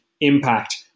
impact